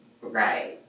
Right